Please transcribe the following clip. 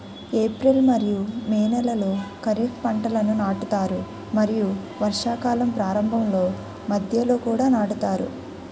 April మరియు May నెలలో ఖరీఫ్ పంటలను నాటుతారు మరియు వర్షాకాలం ప్రారంభంలో మధ్యలో కూడా నాటుతారు